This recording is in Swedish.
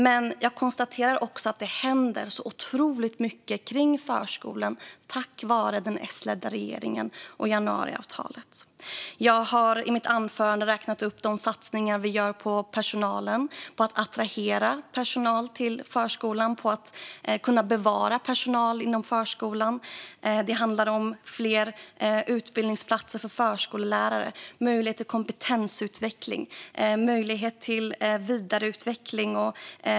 Men jag konstaterar att det, tack vare den S-ledda regeringen och januariavtalet, händer otroligt mycket kring förskolan. Jag har i mitt anförande räknat upp de satsningar vi gör på personalen, på att attrahera personal till förskolan och på att behålla personal i förskolan. Det handlar om fler utbildningsplatser för förskollärare, möjlighet till kompetensutveckling och möjlighet till vidareutbildning.